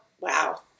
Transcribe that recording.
wow